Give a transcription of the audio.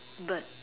but